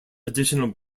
additional